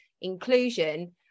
inclusion